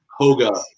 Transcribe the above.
hoga